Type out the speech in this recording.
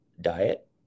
diet